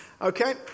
Okay